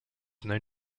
known